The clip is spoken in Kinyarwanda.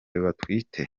batwite